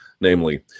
namely